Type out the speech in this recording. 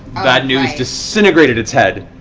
bad news disintegrated its head.